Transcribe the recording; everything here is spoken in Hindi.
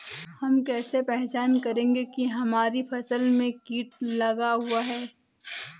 हम कैसे पहचान करेंगे की हमारी फसल में कीट लगा हुआ है?